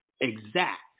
Exact